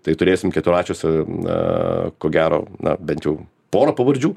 tai turėsim keturračiuose na ko gero na bent jau porą pavardžių